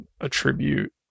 attribute